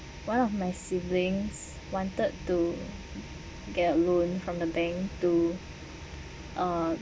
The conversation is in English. one of my siblings wanted to get loan from the bank to uh